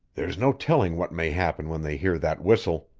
there's no telling what may happen when they hear that whistle.